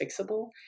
fixable